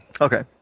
okay